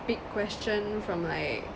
big question from like